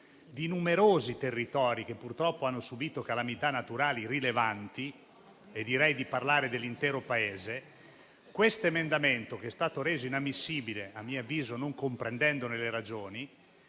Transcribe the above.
dei numerosi territori che purtroppo hanno subito calamità naturali rilevanti: direi di parlare dell'intero Paese. L'emendamento, che è stato dichiarato inammissibile, e personalmente non ne comprendo le ragioni,